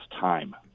time